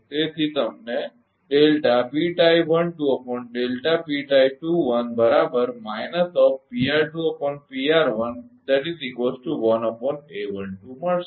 તેથી તમને મળશે